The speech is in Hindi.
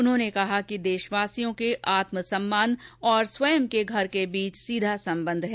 उन्होंने कहा कि देशवासियों के आत्म सम्मान और स्वयं के घर के बीच सीधा संबंध है